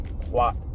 plot